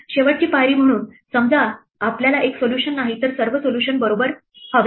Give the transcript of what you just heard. शेवटची पायरी म्हणून समजा आपल्याला एक सोल्युशन नाही तर सर्व सोल्युशन बरोबर हवे आहेत